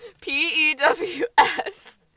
P-E-W-S